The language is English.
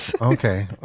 okay